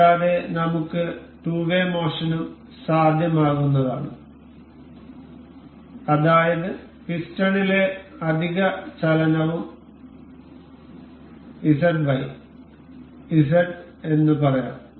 കൂടാതെ നമുക്ക് ടുവേ മോഷനും സാധ്യമാകുന്നതാണ് അതായത് പിസ്റ്റോണിലെ അധിക ചലനവും ZY Z എന്ന് പറയാം